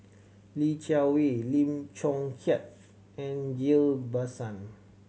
Li Jiawei Lim Chong Keat and Ghillie Basan